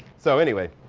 so anyway,